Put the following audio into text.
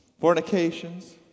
fornications